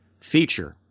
feature